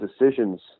decisions